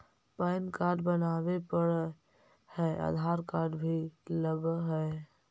Pan card बनावे पडय है आधार कार्ड भी लगहै?